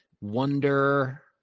wonder